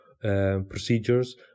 procedures